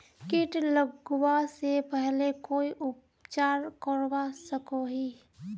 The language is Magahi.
किट लगवा से पहले कोई उपचार करवा सकोहो ही?